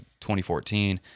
2014